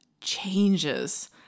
changes